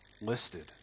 Listed